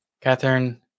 Catherine